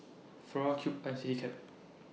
Flora Cube I Citycab